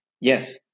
Yes